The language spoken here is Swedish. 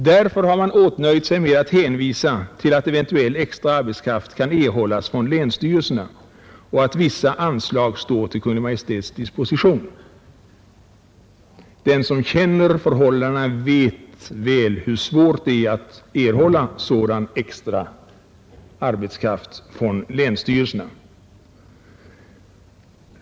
Därför har man åtnöjt sig med att hänvisa till att eventuell extra arbetskraft kan erhållas från länsstyrelserna och att vissa anslag står till Kungl. Maj:ts disposition. Den som känner förhållandena vet väl hur begränsade möjligheterna är att erhålla erforderlig extra arbetskraft från länsstyrelserna.